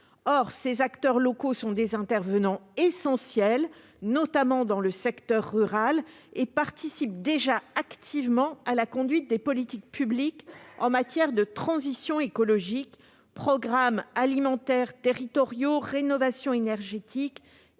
Or ces acteurs locaux sont des intervenants essentiels, notamment dans le secteur rural, et ils participent déjà activement à la conduite des politiques publiques en matière de transition écologique : je pense aux acteurs des projets alimentaires territoriaux et de la rénovation énergétique